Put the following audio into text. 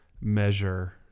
measure